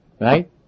right